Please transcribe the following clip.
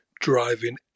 driving